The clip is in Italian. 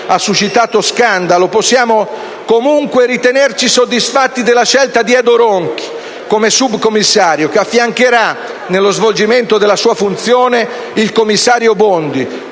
ha suscitato scandalo, possiamo comunque ritenerci soddisfatti della scelta di Edo Ronchi come subcommissario che affiancherà, nello svolgimento della sua funzione, il commissario Bondi